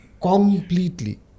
Completely